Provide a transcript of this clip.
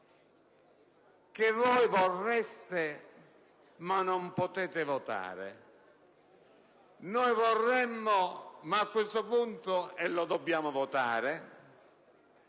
che voi vorreste, ma che non potete votare. Noi vorremmo invece - ma a questo punto lo dobbiamo votare